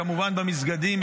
וכמובן במסגדים,